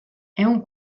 ehun